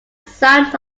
sound